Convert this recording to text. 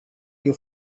you